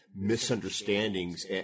misunderstandings